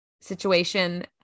situation